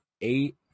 Eight